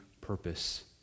purpose